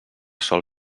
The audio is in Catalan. sol